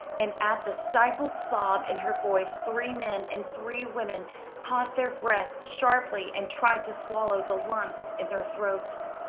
and at the stifled sob in her voice three men and three women caught their breath sharply and tried to swallow the lumps in their throats.